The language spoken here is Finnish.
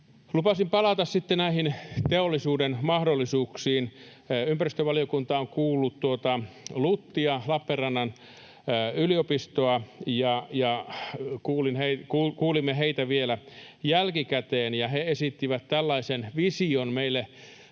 Lupasin palata sitten näihin teollisuuden mahdollisuuksiin. Ympäristövaliokunta on kuullut LUTia, Lappeenrannan yliopistoa. Kuulimme heitä vielä jälkikäteen, ja he esittivät meille